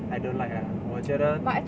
I don't like ah 我觉得